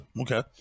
Okay